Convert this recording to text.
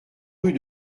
rue